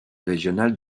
régional